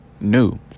new